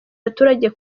abaturage